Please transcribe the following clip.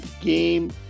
game